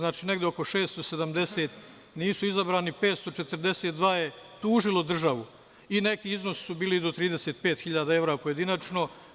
Negde oko 670 nisu izabrani, 542 je tužilo državu i neki iznosi su bili do 35.000 evra pojedinačno.